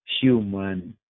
Human